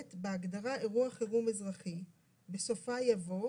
"(ב) בהגדרה "אירוע חירום אזרחי", בסופה יבוא